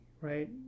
right